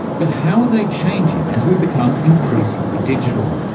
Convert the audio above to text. but how are they changing as we become increasingly digital?